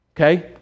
okay